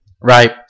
right